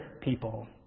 people